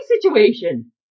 situation